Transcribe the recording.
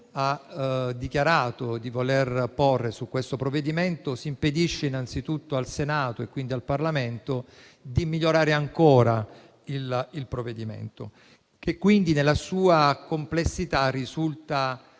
fiducia che il Governo ha posto su questo provvedimento, si impedisce innanzitutto al Senato e quindi al Parlamento di migliorare ancora il provvedimento che quindi, nella sua complessità, risulta